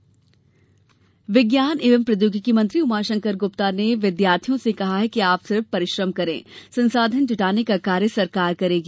उमाशंकर गुप्ता विज्ञान एवं प्रौद्योगिकी मंत्री उमाशंकर गुप्ता ने विद्यार्थियों से कहा है कि आप सिर्फ परिश्रम करें संसाधन जुटाने का कार्य सरकार करेगी